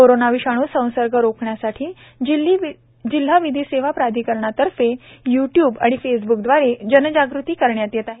corona विषाणू संसर्ग रोखण्यासाठी जिल्हा विधी सेवा प्राधिकरणद्वारे यू ट्यूब आणि फेसब्कद्वारे जनजाग़ती करण्यात येत आहे